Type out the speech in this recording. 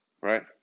Right